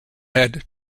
had